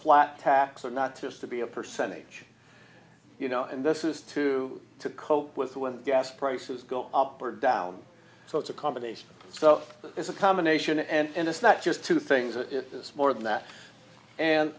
flat tax or not just to be a percentage you know and this is to to cope with when gas prices go up or down so it's a combination so it's a combination and it's not just two things it is more than that and